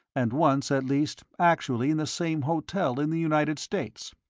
and once, at least, actually in the same hotel in the united states.